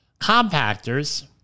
compactors